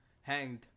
hanged